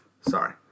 Sorry